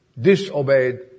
disobeyed